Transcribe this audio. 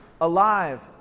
alive